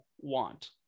want